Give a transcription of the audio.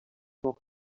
noch